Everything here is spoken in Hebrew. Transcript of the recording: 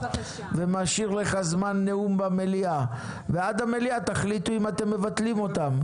ומשאיר לך זמן נאום במליאה ועד המליאה תחליטו אם אתם מבטלים אותם.